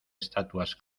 estatuas